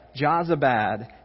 Jazabad